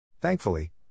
Thankfully